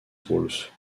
wolfe